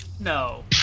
No